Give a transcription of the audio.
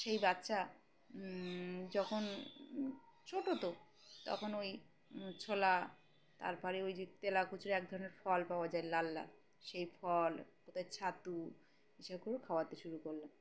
সেই বাচ্চা যখন ছোটো তো তখন ওই ছোলা তারপরে ওই যে তেলাকুচড়ো এক ধরনের ফল পাওয়া যায় লাল লাল সেই ফল কোথায় ছাতু এসব করে খাওয়াতে শুরু করলাম